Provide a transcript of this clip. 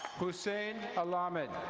hussein allahmed.